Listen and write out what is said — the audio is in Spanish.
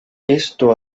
esto